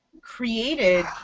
created